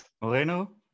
Moreno